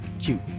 cute